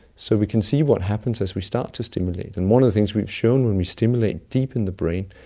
so we can see what happens as we start to stimulate. and one of the things we've shown when we stimulate deep in the brain,